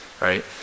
right